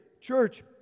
Church